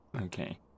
Okay